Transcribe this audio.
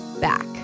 back